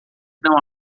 não